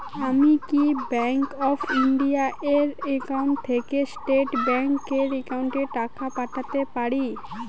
আমি কি bank of India এর একাউন্ট থেকে স্টেট ব্যাংক এর একাউন্টে টাকা পাঠাতে পারি?